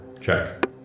Check